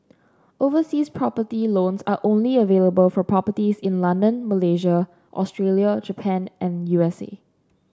overseas property loans are only available for properties in London Malaysia Australia Japan and U S A